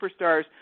superstars